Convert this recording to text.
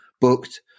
booked